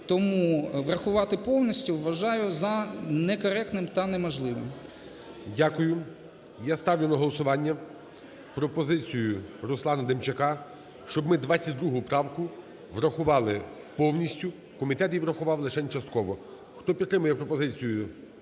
Тому врахувати повністю вважаю за некоректним та неможливим. ГОЛОВУЮЧИЙ. Дякую. Я ставлю на голосування пропозицію Руслана Демчака, щоб ми 22 правку врахували повністю. Комітет її врахував лишень частково. Хто підтримує пропозицію